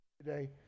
today